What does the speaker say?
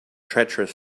treacherous